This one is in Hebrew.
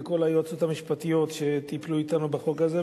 ולכל היועצות המשפטיות שטיפלו אתנו בחוק הזה,